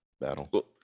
Battle